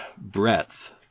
breadth